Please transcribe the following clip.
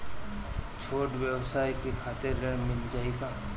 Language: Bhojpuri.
छोट ब्योसाय के खातिर ऋण मिल जाए का?